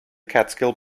catskill